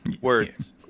Words